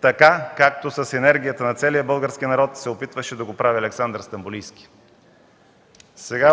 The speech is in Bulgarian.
така както с енергията на целия български народ се опитваше да го прави Александър Стамболийски.”